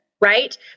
Right